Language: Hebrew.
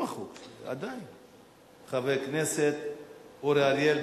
חבר הכנסת אורי אריאל,